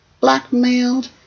blackmailed